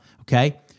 okay